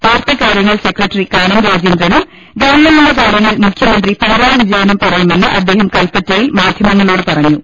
party കാര്യങ്ങൾ secretary Kanam രാജേന്ദ്രനും ഗവൺമെന്റിന്റെ കാര്യങ്ങൾ മുഖ്യമന്ത്രി പിണറായി വിജയനും പുറയുമെന്ന് അദ്ദേഹം കൽപ്പറ്റയിൽ മാധ്യമങ്ങളോട് പറഞ്ഞു